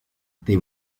they